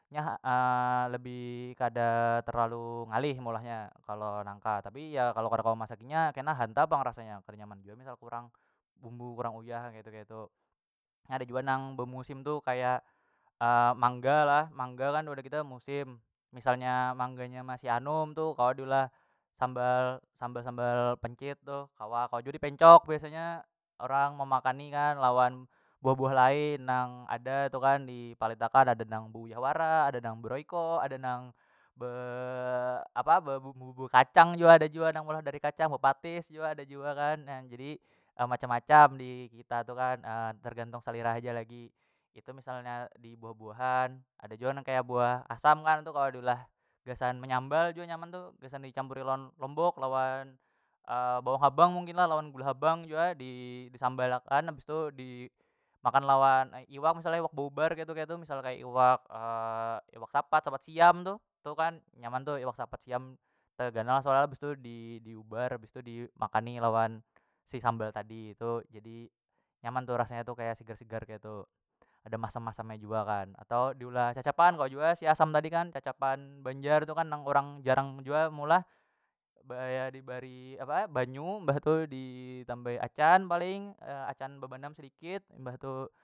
Nya lebih kada terlalu ngalih meulahnya kalo nangka tapi ya kalo kada kawa memasaki nya kena hantap pang rasanya kada nyaman jua misal kurang bumbu kurang uyah ketu- ketu, nya ada jua nang bemusim tu kaya mangga lah mangga kan wadah kita musim misalnya mangganya masih anum tu kawa diulah sambal- sambal pencit tuh kawa- kawa jua dipencok biasanya orang memakani kan lawan buah- buah lain nang ada tu kan di palit akan ada nang beuyah wara ada nang be rayco ada nang be apa bebumbu- bumbu kacang jua ada jua nang meolah dari kacang bepatis jua ada jua kan na jadi macam- macam dikita tu kan tergantung selera haja lagi itu misal nya dibuah- buahan ada jua nang kaya buah asam kan tu kawa diolah gasan menyambal jua nyaman tu gasan dicampuri lawan lombok lawan bawang habang mungkin lah lawan gula habang jua di- disambal akan habis tu dimakan lawan iwak misalnya iwak baubar ketu- ketu misal kaya iwak iwak sapat- sapat siam tuh tau kan nyaman tu iwak sapat siam teganal soalnya bistu di- diubar bistu dimakani lawan si sambal tadi itu jadi nyaman tu rasanya tu kaya sigar- sigar keitu ada masam- masam nya jua kan atau diolah cacapan kawa jua si asam tadi kan cacapan banjar tu kan nang urang jarang jua meolah baya dibari apa banyu mbah tu ditambahi acan paling acan bebanam sedikit mbah tu.